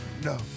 No